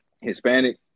Hispanic